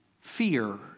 Fear